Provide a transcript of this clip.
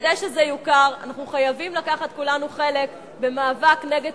כדי שזה יוכר אנחנו חייבים לקחת כולנו חלק במאבק נגד